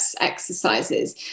exercises